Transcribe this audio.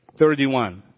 31